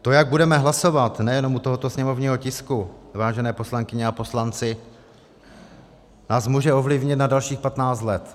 To, jak budeme hlasovat nejenom u tohoto sněmovního tisku, vážené poslankyně a poslanci, nás může ovlivnit na dalších patnáct let.